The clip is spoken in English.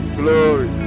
glory